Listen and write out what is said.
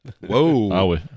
whoa